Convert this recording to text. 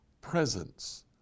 presence